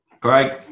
Great